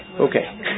Okay